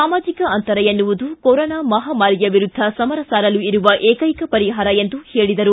ಸಾಮಾಜಿಕ ಅಂತರ ಎನ್ನುವುದು ಕೊರೊನಾ ಮಹಾಮಾರಿಯ ವಿರುದ್ದ ಸಮರ ಸಾರಲು ಇರುವ ಏಕೈಕ ಪರಿಹಾರ ಎಂದು ಹೇಳಿದರು